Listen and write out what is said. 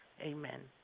amen